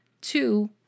Two